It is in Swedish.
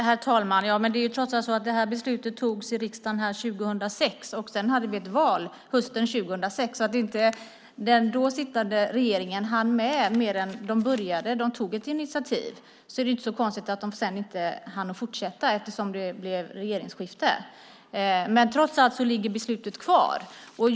Herr talman! Det beslutet togs i riksdagen 2006, och därefter hade vi ett val hösten 2006. Den då sittande regeringen hann alltså inte göra mer än att börja. De tog ett initiativ. Att de sedan inte kunde fortsätta är inte så konstigt eftersom det blev regeringsskifte. Trots allt ligger beslutet kvar.